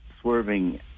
swerving